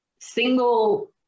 single